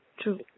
true